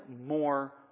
more